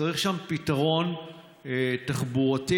צריך שם פתרון תחבורתי.